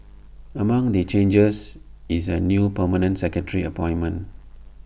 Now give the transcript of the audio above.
among the changes is A new permanent secretary appointment